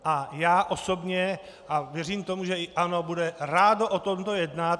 A já osobně, a věřím tomu, že i ANO bude rádo o tomto jednat.